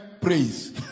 Praise